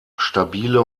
stabile